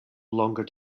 longer